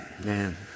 Man